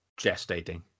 gestating